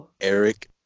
Eric